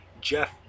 Jeff